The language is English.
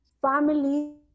family